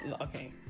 okay